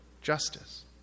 justice